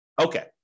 Okay